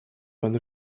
pan